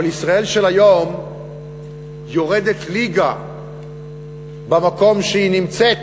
אבל ישראל של היום יורדת ליגה במקום שהיא נמצאת